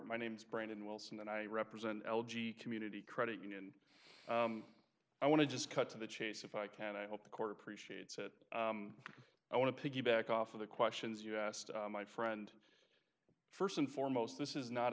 my name's brandon wilson and i represent l g community credit union i want to just cut to the chase if i can i hope the court appreciates it i want to piggyback off of the questions you asked my friend first and foremost this is not